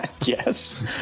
Yes